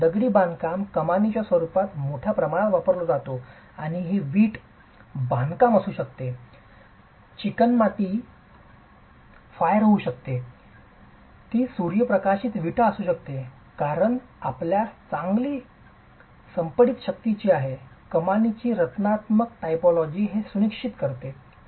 दगडी बांधकाम कमानीच्या स्वरूपात मोठ्या प्रमाणात वापरला जातो आणि ही वीट दगडी बांधकाम असू शकते चिकणमाती फायर्ड जाऊ शकते ती सूर्यप्रकाशित विटा असू शकते फक्त कारण आपल्यात चांगली कॉम्प्रेसीव स्ट्रेंग्थ आहे कमानीची रचनात्मक टायपॉलॉजी हे सुनिश्चित करते